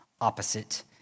opposite